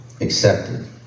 accepted